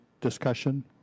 discussion